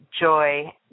joy